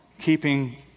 keeping